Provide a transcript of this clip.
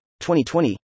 2020